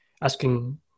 asking